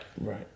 Right